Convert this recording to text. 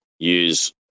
Use